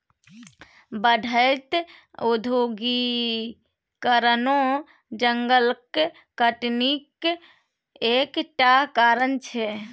बढ़ैत औद्योगीकरणो जंगलक कटनीक एक टा कारण छै